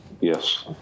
Yes